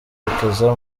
yerekeza